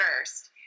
first